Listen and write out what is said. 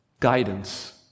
guidance